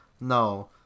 No